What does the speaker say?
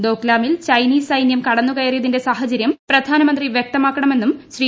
ഡോക്ലാമിൽ Chinese സൈനൃം കടന്നു കയറിയതിന്റെ സാഹചരൃം പ്രധാനമന്ത്രി വൃക്തമാക്കണമെന്നും ശ്രീ